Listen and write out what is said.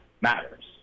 matters